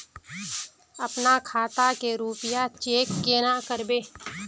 अपना खाता के रुपया चेक केना करबे?